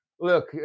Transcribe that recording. Look